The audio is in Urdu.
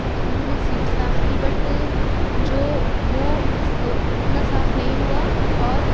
تو اُنہوں نے سِیٹ صاف کی بٹ جو وہ اُتنا صاف نہیں ہُوا اور